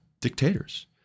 dictators